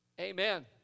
Amen